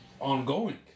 ongoing